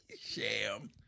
Sham